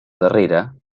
darrera